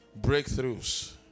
breakthroughs